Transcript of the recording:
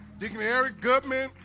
digging eric goodman.